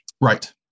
Right